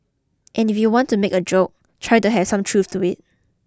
and if you do want to make a joke try to have some truth to it